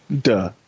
duh